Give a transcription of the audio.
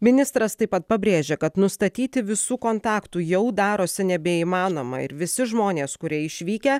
ministras taip pat pabrėžia kad nustatyti visų kontaktų jau darosi nebeįmanoma ir visi žmonės kurie išvykę